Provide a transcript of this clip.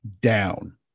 down